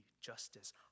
justice